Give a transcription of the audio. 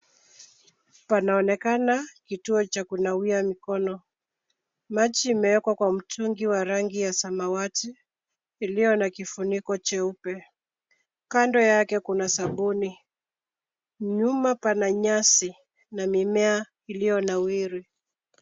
Panaonekana kituo cha kunawia mikono. Maji imeekwa kwa mtungi ya rangi ya samawati iliyo na kifuniko cheupe. Kando yake kuna sabuni. Nyuma pana nyasi na mimea iliyonawiri.